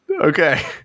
okay